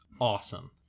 awesome